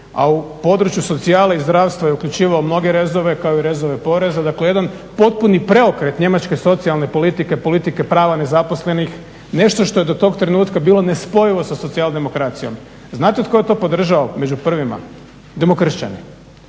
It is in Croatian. a u području socijale i zdravstva je uključivao mnoge rezove kao i rezove poreza, dakle jedan potpuni preokret njemačke socijalne politike, politike prava nezaposlenih, nešto što je do tog trenutka bilo nespojivo sa socijaldemokracijom. Znate tko je to podržao među prvima? Demokršćani.